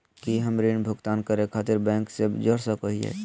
की हम ऋण भुगतान करे खातिर बैंक से जोड़ सको हियै?